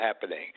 happening